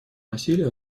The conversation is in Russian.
насилия